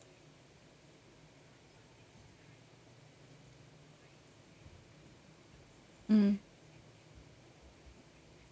mm